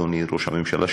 אדוני ראש הממשלה,